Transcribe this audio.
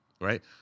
Right